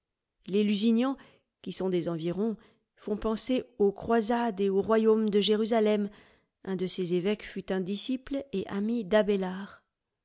les lusignan qui sont des environs font penser aux croisades et au royaume de jérusalem un de ses évêques fut un disciple et ami d'abélard